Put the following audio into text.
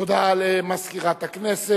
משה מטלון, דב חנין, אורית זוארץ,